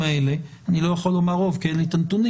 האלה אני לא יכול לומר רוב כי אין לי את הנתונים,